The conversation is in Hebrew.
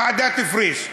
ועדת פריש.